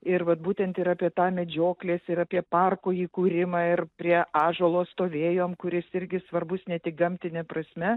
ir vat būtent ir apie tą medžioklės ir apie parko įkūrimą ir prie ąžuolo stovėjom kuris irgi svarbus ne tik gamtine prasme